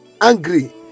angry